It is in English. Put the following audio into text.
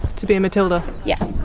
to be a matilda? yep.